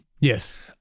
Yes